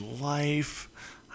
life